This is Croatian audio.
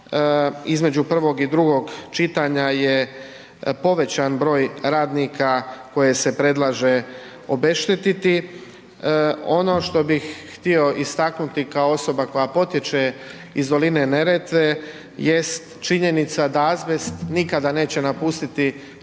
Između prvog i drugo čitanja je povećan broj radnika koje se predlaže obeštetiti. Ono što bih htio istaknuti kao osoba koja potječe iz doline Neretve jest činjenica da azbest nikada neće napustiti